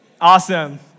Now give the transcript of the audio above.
Awesome